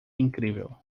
incrível